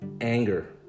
anger